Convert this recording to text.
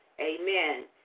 amen